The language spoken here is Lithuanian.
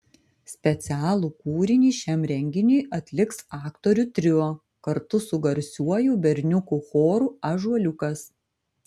specialų kūrinį šiam renginiui atliks aktorių trio kartu su garsiuoju berniukų choru ąžuoliukas